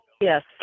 yes